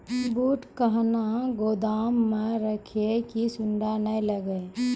बूट कहना गोदाम मे रखिए की सुंडा नए लागे?